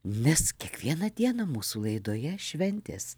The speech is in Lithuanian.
nes kiekvieną dieną mūsų laidoje šventės